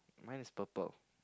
mine is purple